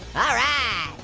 alright!